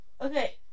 Okay